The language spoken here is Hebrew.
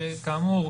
שכאמור,